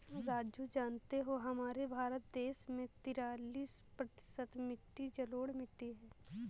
राजू जानते हो हमारे भारत देश में तिरालिस प्रतिशत मिट्टी जलोढ़ मिट्टी हैं